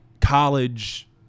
college